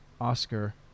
Oscar